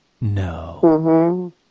No